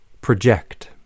project